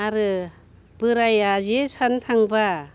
आरो बोराया जे सारनो थांबा